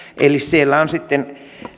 eli siellä sitten